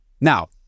Now